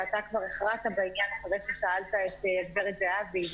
שאתה כבר הכרעת בעניין אחרי ששאלת את גברת זהבי.